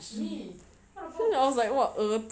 !ee! what about